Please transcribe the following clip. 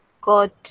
God